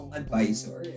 advisor